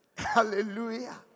Hallelujah